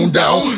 down